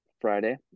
Friday